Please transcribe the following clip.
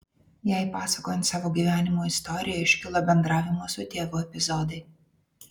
jai pasakojant savo gyvenimo istoriją iškilo bendravimo su tėvu epizodai